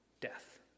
Death